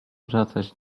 wracać